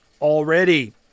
already